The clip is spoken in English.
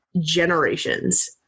generations